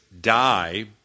die